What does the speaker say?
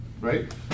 Right